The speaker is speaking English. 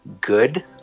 good